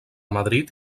madrid